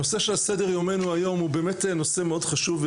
הנושא שעל סדר יומנו היום הוא באמת נושא מאוד חשוב.